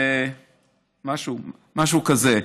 משהו כזה.